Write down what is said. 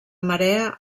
marea